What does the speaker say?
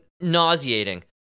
nauseating